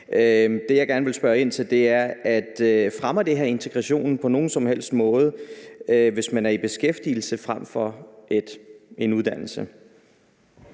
Det, jeg gerne vil spørge ind til, er: Fremmer det her integrationen på nogen som helst måde, hvis man er i beskæftigelse frem for under uddannelse?